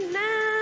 now